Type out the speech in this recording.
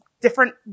different